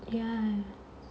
ya